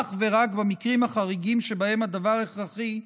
אך ורק במקרים החריגים שבהם הדבר הכרחי,